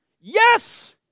Yes